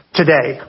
today